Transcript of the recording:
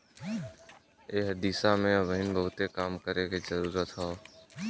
एह दिशा में अबहिन बहुते काम करे के जरुरत हौ